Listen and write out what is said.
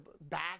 back